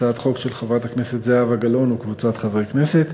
הצעת חוק של חברת הכנסת זהבה גלאון וקבוצת חברי כנסת.